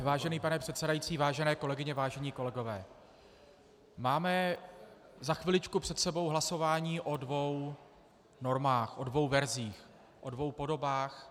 Vážený pane předsedající, vážené kolegyně, vážení kolegové, máme za chviličku před sebou hlasování o dvou normách, o dvou verzích, o dvou podobách.